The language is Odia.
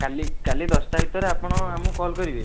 କାଲି କାଲି ଦଶଟା ଭିତିରେ ଆପଣ ଆମକୁ କଲ୍ କରିବେ